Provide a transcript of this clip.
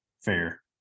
fair